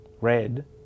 red